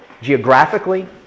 geographically